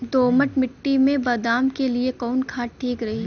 दोमट मिट्टी मे बादाम के लिए कवन खाद ठीक रही?